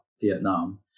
vietnam